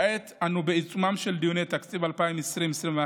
כעת אנו בעיצומם של דיוני תקציב 2020 2021,